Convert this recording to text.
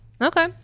Okay